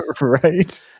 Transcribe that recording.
Right